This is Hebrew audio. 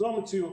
זו המציאות